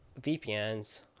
VPNs